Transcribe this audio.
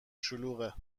شلوغه